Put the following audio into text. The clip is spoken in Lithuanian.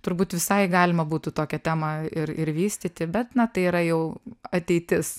turbūt visai galima būtų tokią temą ir ir vystyti bet na tai yra jau ateitis